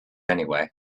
anyway